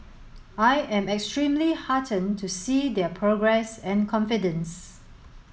I am extremely heartened to see their progress and confidence